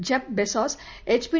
Jeff Bezos HP